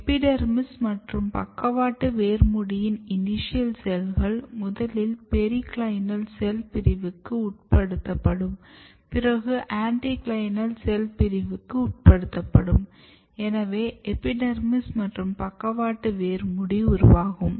epidermis மற்றும் பக்கவாட்டு வேர் மூடியின் இனிஷியல் செல்கள் முதலில் பெரிக்ளைனல் செல் பிரிவுக்கு உட்படுத்தப்படும் பிறகு ஆன்டிக்ளைனல் செல் பிரிவுக்கு உட்படுத்தப்படும் எனவே எபிடெர்மிஸ் மற்றும் பக்கவாட்டு வேர் மூடி உருவாகும்